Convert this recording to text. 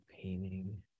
painting